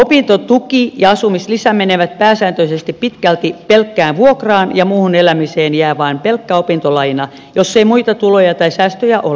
opintotuki ja asumislisä menevät pääsääntöisesti pitkälti pelkkään vuokraan ja muuhun elämiseen jää vain pelkkä opintolaina jos ei muita tuloja tai säästöjä ole